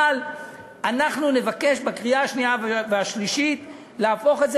אבל אנחנו נבקש בקריאה השנייה והשלישית להפוך את זה,